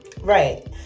Right